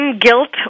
guilt